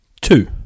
Two